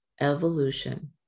evolution